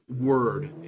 word